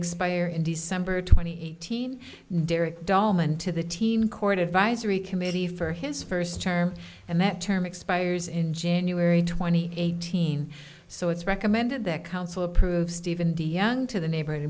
expire in december twenty eighth derek dolman to the team court advisory committee for his first term and that term expires in january twenty eighth teen so it's recommended that council approves stephen d young to the neighbor